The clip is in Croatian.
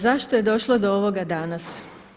Zašto je došlo do ovoga danas?